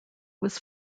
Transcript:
was